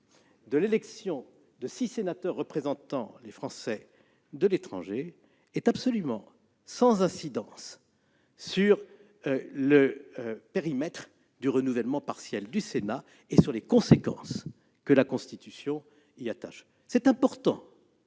de l'élection de six sénateurs représentant les Français établis hors de France est sans incidence aucune sur le périmètre du renouvellement partiel du Sénat et les conséquences que la Constitution y attache. Il est important